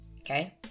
Okay